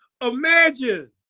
imagine